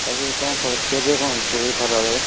ଆଉ ସବୁ କ'ଣ ଖିଆପିଆ କ'ଣ ହେଇଛି ଏ ଖରାବେଳେ